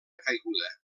caiguda